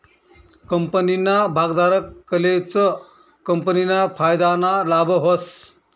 कंपनीना भागधारकलेच कंपनीना फायदाना लाभ व्हस